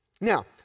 Now